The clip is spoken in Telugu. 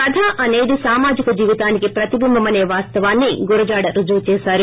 కధ అనేది సామాజిక జీవితానికి ప్రతిబింబమనే వాస్తవాన్ని గురజాడ రుజువు ేచేసారు